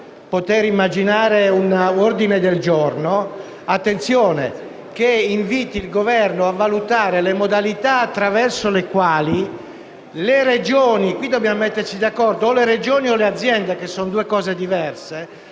che - vi chiedo di fare attenzione - inviti il Governo a valutare le modalità attraverso le quali le Regioni (qui dobbiamo metterci d'accordo, se le Regioni o le aziende, che sono due cose diverse)